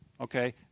okay